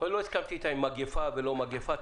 לא הסכמתי איתה, עם מגפה ולא מגפה.